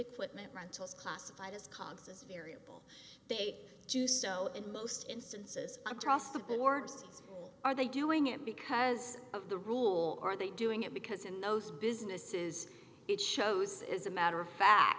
equipment rentals classified as causes variable they do so in most instances across the borders are they doing it because of the rule or are they doing it because in those businesses it shows as a matter of fact